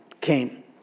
came